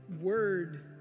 word